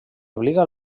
obliga